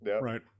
right